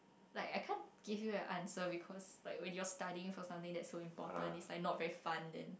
like I can't give you an answer because like when you're studying for something that's so important is like not very fun then